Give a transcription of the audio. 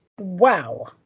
Wow